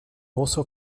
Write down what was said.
also